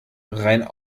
rein